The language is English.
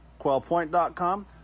quailpoint.com